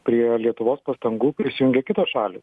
prie lietuvos pastangų prisijungia kitos šalys